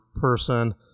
person